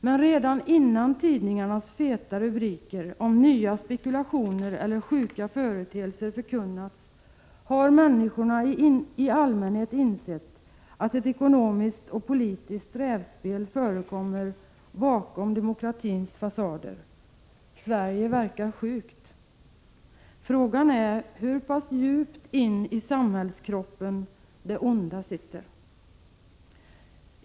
Men redan innan tidningarnas feta rubriker om nya spekulationer eller sjuka företeelser förkunnats har människorna i allmänhet insett att ett ekonomiskt och politiskt rävspel förekommer bakom demokratins fasader. Sverige verkar sjukt. Frågan är hur pass djupt in i samhällskroppen det onda sitter.